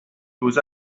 goes